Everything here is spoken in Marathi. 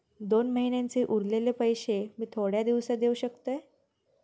दोन महिन्यांचे उरलेले पैशे मी थोड्या दिवसा देव शकतय?